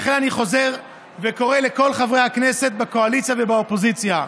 לכן אני חוזר וקורא לכל חברי הכנסת בקואליציה ובאופוזיציה: